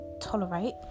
tolerate